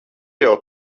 jau